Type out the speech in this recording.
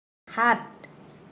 সাত